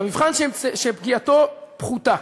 המבחן שפגיעתו פחותה.